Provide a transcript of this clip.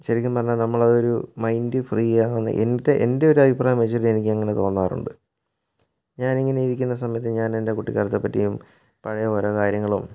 ശരിക്കും പറഞ്ഞാൽ നമ്മളതൊരു മൈൻഡ് ഫ്രീയാകുന്ന എൻ്റെ എൻ്റെ ഒരഭിപ്രായം വെച്ചിട്ട് എനിക്കങ്ങനെ തോന്നാറുണ്ട് ഞാനിങ്ങനെ ഇരിക്കുന്ന സമയത്ത് ഞാനെൻ്റെ കുട്ടിക്കാലത്തെ പറ്റിയും പഴയ ഓരോ കാര്യങ്ങളും